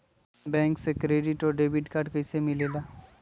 Bank से credit और debit card कैसी मिलेला?